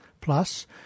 Plus